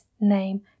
name